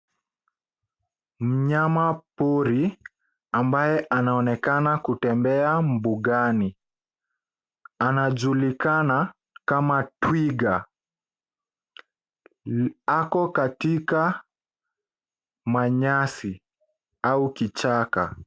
Mnyama pori ambaye anaonekana kutembea mbugani anajulikana kama twiga .Ako katika manyasi au kichaka .